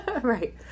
Right